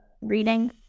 reading